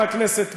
חבר הכנסת בר,